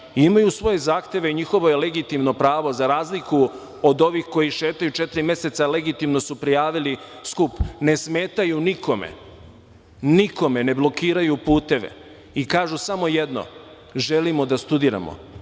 Imaju svoje zahteve i njihovo je legitimno pravo, za razliku od ovih koji šetaju četiri meseca, legitimno su prijavili skup, ne smetaju nikome, ne blokiraju puteve i kažu samo jedno - želimo da studiramo,